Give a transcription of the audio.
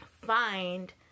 find